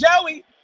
Joey